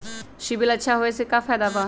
CIBIL अच्छा होऐ से का फायदा बा?